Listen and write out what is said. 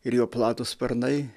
ir jo platūs sparnai